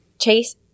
Chase